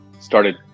started